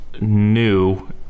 new